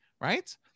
right